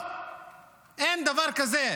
אין דבר כזה.